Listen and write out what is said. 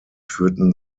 führten